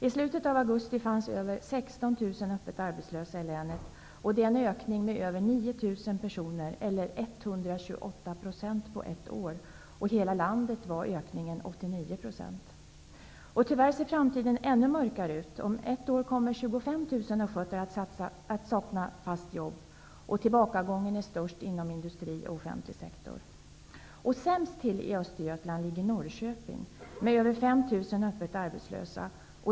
I slutet av augusti fanns över 16 000 öppet arbetslösa -- i länet en ökning med över 9 000 personer eller 128 % på ett år. I hela landet var ökningen 89 %. Tyvärr ser framtiden ännu mörkare ut. Om ett år kommer 25 000 östgötar att sakna fast jobb. Tillbakagången är störst inom industri och offentlig sektor. Sämst till i Östergötland ligger Norrköping, med över 5 000 öppet arbetslösa.